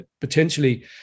potentially